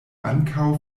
ankaŭ